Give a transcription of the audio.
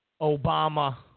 Obama